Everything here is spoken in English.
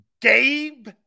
Gabe